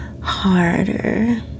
harder